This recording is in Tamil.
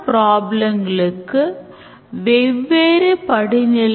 இங்கே முக்கிய காட்சி பட்டியலிடுகிறோம்